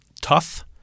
tough